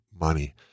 money